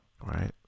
Right